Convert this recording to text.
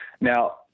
Now